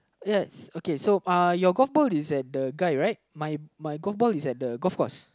yes it's okay so uh your golf ball is at the guy right my my golf ball is at the golf course